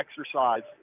exercise